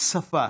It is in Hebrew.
שפה,